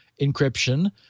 encryption